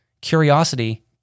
Curiosity